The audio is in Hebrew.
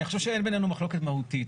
אני חושב שאין בינינו מחלוקת מהותית,